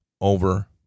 over